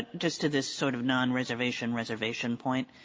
just to this sort of nonreservation reservation point.